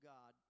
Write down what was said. God